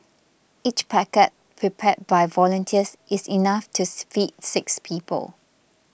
each packet prepared by volunteers is enough tooth feed six people